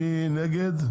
מי נגד?